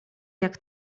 jak